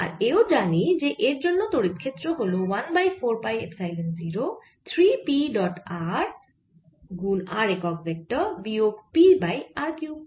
আর এও জানি যে এর জন্য তড়িৎ ক্ষেত্র হল 1 by 4 pi epsilon 0 3 p dot r r একক ভেক্টর বিয়োগ p বাই r কিউব